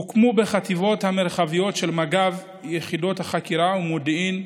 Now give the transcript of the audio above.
הוקמו בחטיבות המרחביות של מג"ב יחידות חקירה ומודיעין,